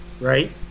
Right